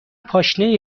پاشنه